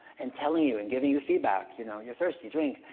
and telling you and giving you feedback. you know you're thirsty, drink.